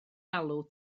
alw